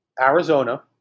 arizona